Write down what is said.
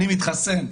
אני מתחסן.